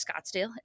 Scottsdale